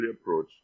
approach